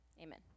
amen